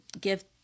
give